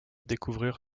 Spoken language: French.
découvrir